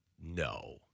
No